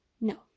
No